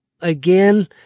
again